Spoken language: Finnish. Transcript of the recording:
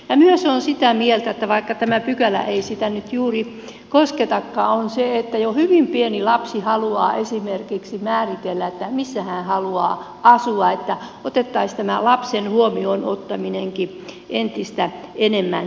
olen myös sitä mieltä vaikka tämä pykälä ei sitä nyt juuri kosketakaan että jo hyvin pieni lapsi haluaa määritellä esimerkiksi missä hän haluaa asua niin että otettaisiin tämä lapsen huomioon ottaminenkin entistä enemmän huomioon